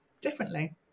differently